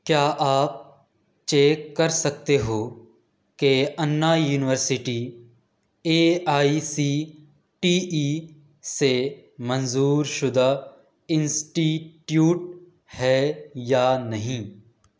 کیا آپ چیک کر سکتے ہو کہ Anna university A I C T E سے منظور شدہ انسٹیٹیوٹ ہے یا نہیں